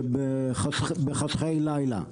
בחשכי לילה,